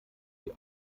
die